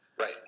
Right